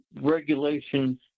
regulations